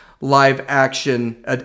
live-action